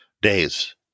days